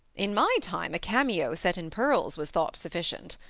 in my time a cameo set in pearls was thought sufficient.